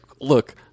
look